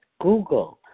Google